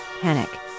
panic